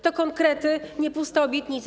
To konkrety, nie puste obietnice.